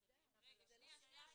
אבל זה מוסדר.